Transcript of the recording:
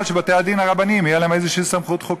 שלבתי-הדין הרבניים תהיה איזו סמכות חוקית.